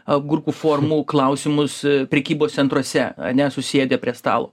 agurkų formų klausimus prekybos centruose ane susėdę prie stalo